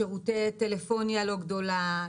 שירותי טלפוניה לא גדולה,